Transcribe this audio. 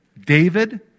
David